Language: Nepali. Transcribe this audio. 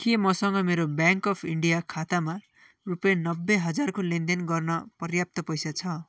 के मसँग मेरो ब्याङ्क अफ इन्डिया खातामा रुपियाँ नब्बे हजारको लेनदेन गर्न पर्याप्त पैसा छ